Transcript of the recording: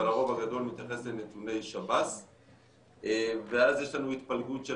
אבל הרוב הגדול מתייחס לנתוני שב"ס ואז יש לנו התפלגות של